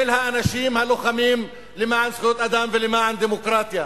האנשים הלוחמים למען זכויות אדם ולמען דמוקרטיה.